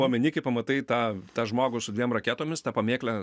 omeny kai pamatai tą tą žmogų su dviem raketomis tą pamėklę